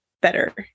better